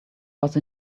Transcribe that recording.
was